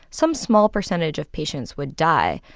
some small percentage of patients would die,